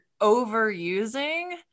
overusing